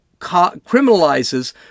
criminalizes